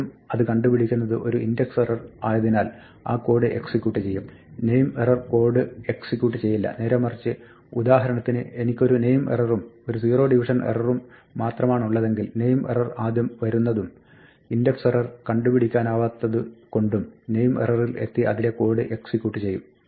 ആദ്യം അത് കാണ്ടുപിടിക്കുന്നത് ഒരു ഇൻഡക്സ് എറർ ആയതിനാൽ ആ കോഡ് എക്സിക്യൂട്ട് ചെയ്യും നെയിം എറർ കോഡ് എക്സിക്യൂട്ട് ചെയ്യില്ല നേരേമറിച്ച് ഉദാഹരണത്തിന് എനിക്ക് ഒരു നെയിം എററും ഒരു സീറോ ഡിവിഷൻ എററും മാത്രമാണുള്ളതെങ്കിൽ നെയിം എറർ ആദ്യം വരുന്നതുകൊണ്ടും ഇൻഡക്സ് എറർ കണ്ടുപിടിക്കാനാവാത്തത് കൊണ്ടും നെയിം എററിൽ എത്തി അതിലെ കോഡ് എക്സിക്യൂട്ട് ചെയ്യും